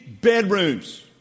bedrooms